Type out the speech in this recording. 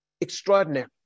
extraordinary